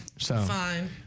fine